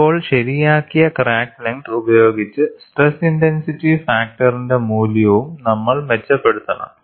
ഇപ്പോൾ ശരിയാക്കിയ crack length ഉപയോഗിച്ച് സ്ട്രെസ് ഇന്റെൻസിറ്റി ഫാക്ടറിന്റെ മൂല്യവും നമ്മൾ മെച്ചപ്പെടുത്തണം